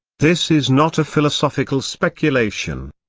this is not a philosophical speculation.